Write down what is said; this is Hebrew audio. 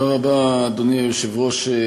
אדוני היושב-ראש,